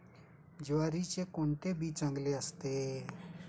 ज्वारीचे कोणते बी चांगले असते?